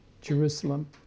Jerusalem